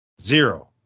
Zero